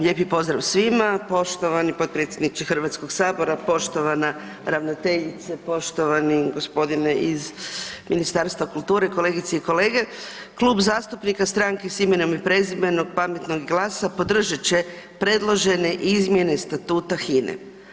Lijepi pozdrav svima, poštovani potpredsjedniče Hrvatskog sabora, poštovana ravnateljice, poštovani gospodine iz Ministarstva kulture, kolegice i kolege, Klub zastupnika Stranke s imenom i prezimenom, Pametnog i GLAS-a podržat će predložene izmjene statuta HINE.